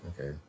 Okay